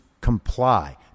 comply